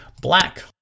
Black